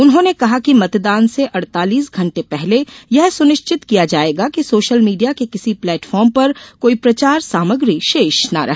उन्होंने कहा कि मतदान से अड़तालीस घंटे पहले यह सुनिश्चित किया जाएगा कि सोशल मीडिया के किसी प्लेटफॉर्म पर कोई प्रचार सामग्री शेष न रहे